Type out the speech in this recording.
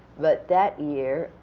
but that year,